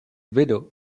widow